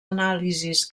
anàlisis